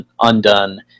undone